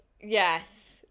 yes